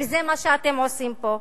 וזה מה שאתם עושים פה.